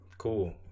Cool